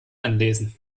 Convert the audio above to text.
anlesen